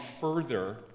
further